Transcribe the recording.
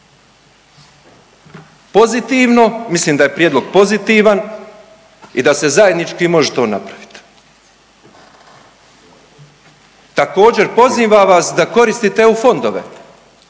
Pozitivno, mislim da je prijedlog pozitivan i da se zajednički može to napraviti. Također, pozivam vas da koristite EU fondove.